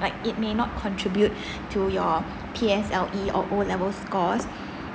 like it may not contribute to your P_S_L_E or O level scores